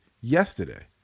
yesterday